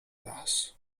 las